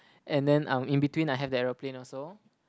and then um in between I have the aeroplane also